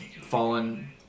fallen